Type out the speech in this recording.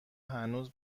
هنوز